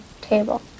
table